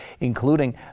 including